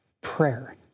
prayer